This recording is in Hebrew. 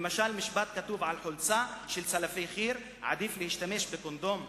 למשל משפט שכתוב על חולצה של צלפי חי"ר: "עדיף להשתמש בקונדום דורקס"